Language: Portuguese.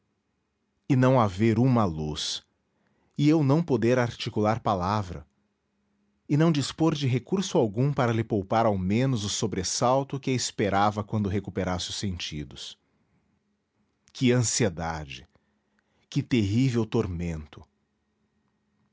e não haver uma luz e eu não poder articular palavra e não dispor de recurso algum para lhe poupar ao menos o sobressalto que a esperava quando recuperasse os sentidos que ansiedade que terrível tormento